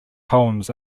poems